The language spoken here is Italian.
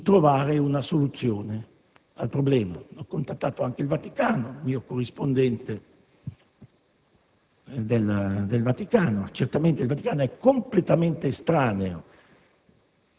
di trovare una soluzione al problema. Ho contattato anche il mio corrispondente del Vaticano e certamente il Vaticano è completamente estraneo